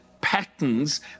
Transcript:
patterns